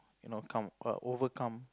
you know come uh overcome